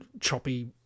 choppy